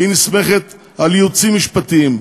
היא נסמכת על ייעוצים משפטיים,